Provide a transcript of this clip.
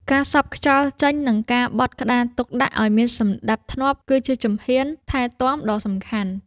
ការសប់ខ្យល់ចេញ និងការបត់ក្តារទុកដាក់ឱ្យមានសណ្ដាប់ធ្នាប់ គឺជាជំហានថែទាំដ៏សំខាន់។